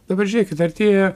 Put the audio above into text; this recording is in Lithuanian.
dabar žiūrėkit artėja